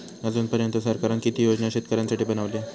अजून पर्यंत सरकारान किती योजना शेतकऱ्यांसाठी बनवले?